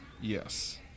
Yes